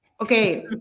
Okay